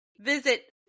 visit